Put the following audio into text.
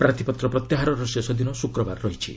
ପ୍ରାର୍ଥୀପତ୍ର ପ୍ରତ୍ୟାହାରର ଶେଷଦିନ ଶୁକ୍ରବାର ରହିଛି